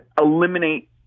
eliminate